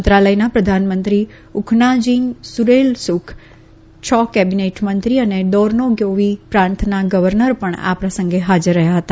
મંત્રાલયના પ્રધાનમંત્રી Ukhnaagiin Khurelsukh છ કેબિનેટમંત્રી અને દોર્નોગોવિ પ્રાંતના ગર્વનર પણ આ પ્રસંગે હાજર રહ્યા હતા